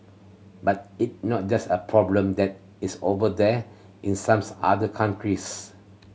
but it not just a problem that is 'over there' in some other countries